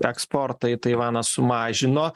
eksportą į taivaną sumažino